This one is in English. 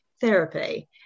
therapy